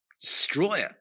destroyer